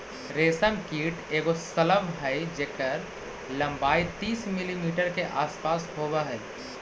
रेशम कीट एगो शलभ हई जेकर लंबाई तीस मिलीमीटर के आसपास होब हई